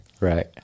right